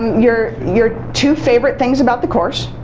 your your two favorite things about the course,